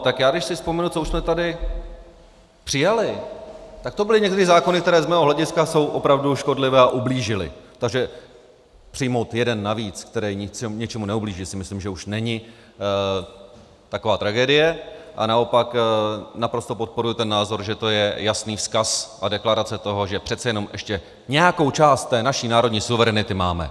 Tak když si vzpomenu, co už jsme tady přijali, tak to byly někdy zákony, které z mého hlediska jsou opravdu škodlivé a ublížily, takže přijmout jeden navíc, který ničemu neublíží, si myslím, že už není taková tragédie, a naopak naprosto podporuji ten názor, že to je jasný vzkaz a deklarace toho, že přece jenom ještě nějakou část té naší národní suverenity máme.